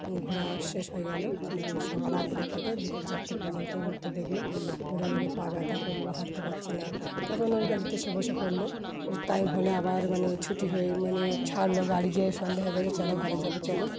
ঘোরা শেষ হয়ে গেলো মানে সকাল আটটায় থেকে বিকেল চারটে পর্যন্ত ঘুরতে দেখল ঘুরে ঘুরে পা ব্যথা করলো হাঁটতে পারছে না তখন ওই গাড়িতে এসে বসে পড়লো টাইম হলে আবার মানে ছুটি হয়ে মানে ছাড়লো গাড়ি যেয়ে সন্ধ্যা হয়ে গেছে চলো ঘরে যাবে চলো